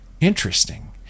interesting